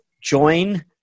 join